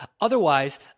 Otherwise